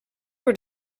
were